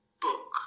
book